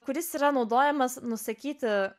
kuris yra naudojamas nusakyti